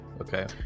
Okay